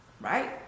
right